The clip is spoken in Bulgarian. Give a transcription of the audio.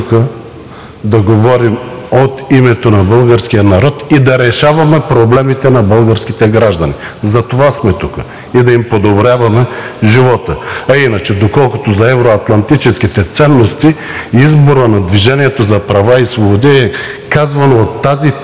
да говорим от името на българския народ и да решаваме проблемите на българските граждани, затова сме тук и да им подобряваме живота. А иначе, доколкото за евро-атлантическите ценности, изборът на „Движение за права и свободи“ е казвано от тази трибуна